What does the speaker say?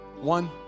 One